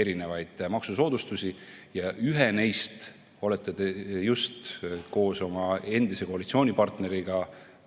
erinevaid maksusoodustusi ja ühe neist olete te just koos oma endise koalitsioonipartneriga